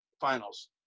Finals